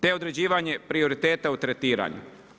Te određivanje prioriteta u tretiranju.